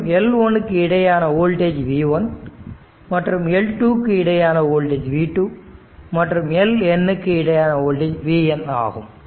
மற்றும் L1 க்கு இடையேயான வோல்டேஜ் V1 மற்றும் L2 க்கு இடையேயான வோல்டேஜ் V2 மற்றும் L N க்கு VN ஆகும்